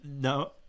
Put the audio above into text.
no